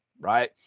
right